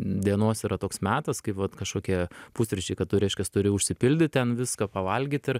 dienos yra toks metas kai vat kažkokie pusryčiai kad tu reiškias turi užsipildyt ten viską pavalgyt ir